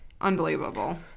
unbelievable